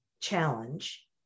challenge